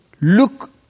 look